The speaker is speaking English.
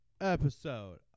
episode